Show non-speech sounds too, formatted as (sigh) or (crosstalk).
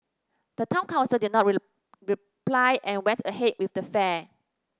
the town council did not (unintelligible) reply and went ahead with the fair